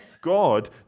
God